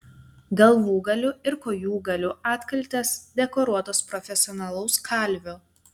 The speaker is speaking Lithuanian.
galvūgalių ir kojūgalių atkaltės dekoruotos profesionalaus kalvio